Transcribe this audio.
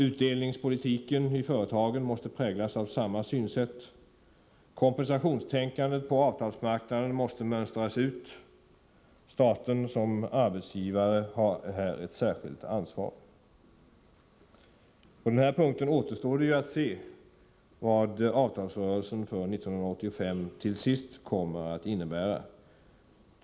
Företagens utdelningspolitik måste präglas av samma synsätt. Kompensationstänkandet på avtalsmarknaden måste mönstras ut. Staten som arbetsgivare har här ett särskilt ansvar. — I det här sammanhanget vill jag säga att det återstår att se vad avtalsrörelsen för 1985 till sist kommer att innebära.